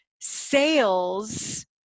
sales